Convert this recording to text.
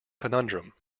conundrum